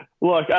Look